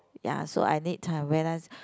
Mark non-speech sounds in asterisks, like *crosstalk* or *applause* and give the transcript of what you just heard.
ya so I need time when I *noise*